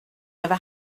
never